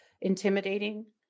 intimidating